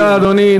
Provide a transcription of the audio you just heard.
תודה, אדוני.